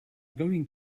going